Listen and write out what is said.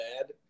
bad